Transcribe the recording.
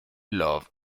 love